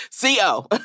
CO